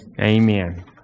Amen